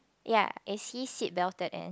ya is he seatbelted in